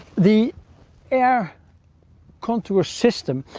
the air contour system,